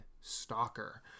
Stalker